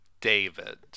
David